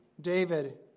David